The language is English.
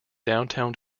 downtown